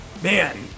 Man